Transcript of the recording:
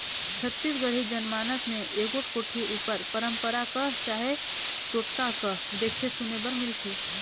छत्तीसगढ़ी जनमानस मे एगोट कोठी उपर पंरपरा कह चहे टोटका कह देखे सुने बर मिलथे